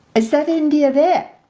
is that india there?